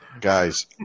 Guys